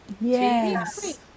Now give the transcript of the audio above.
yes